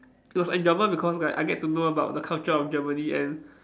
it was enjoyable because like I get to know about the culture of Germany and